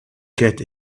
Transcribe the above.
get